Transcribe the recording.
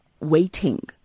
waiting